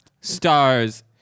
stars